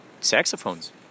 saxophones